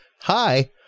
hi